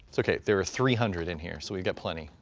okay, there are three hundred in here so we've got plenty,